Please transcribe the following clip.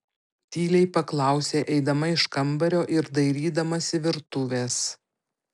tyliai paklausė eidama iš kambario ir dairydamasi virtuvės